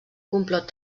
complot